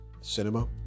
cinema